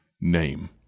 name